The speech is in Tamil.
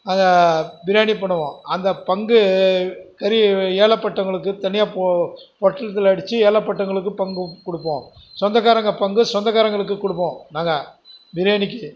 அதை பிரியாணி பண்ணுவோம் அந்த பங்கு கறி ஏழைப்பட்டவங்களுக்கு தனியாக பொ பொட்லத்தில் அடைச்சு ஏழைப்பட்டவங்களுக்கு பங்கு கொடுப்போம் சொந்தக்காரங்க பங்கு சொந்தக்காரங்களுக்கு கொடுப்போம் நாங்கள் பிரியாணிக்கு